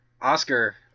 Oscar